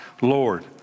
Lord